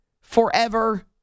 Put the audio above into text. forever